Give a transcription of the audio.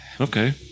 Okay